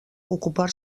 ocupar